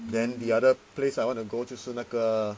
then the other place I wanna go 就是那个